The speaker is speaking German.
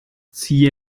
zieh